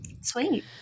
sweet